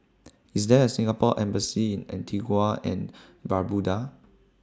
IS There A Singapore Embassy in Antigua and Barbuda